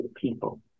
people